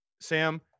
Sam